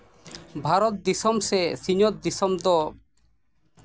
ᱵᱷᱟᱨᱚᱛ ᱫᱤᱥᱚᱢ ᱥᱮ ᱥᱤᱧ ᱚᱛ ᱫᱤᱥᱚᱢ ᱫᱚ